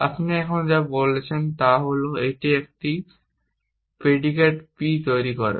এবং আপনি এখানে যা বলছেন তা হল একটি predicate p তৈরি করে